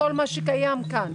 מכל מה שקיים כאן.